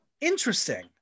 Interesting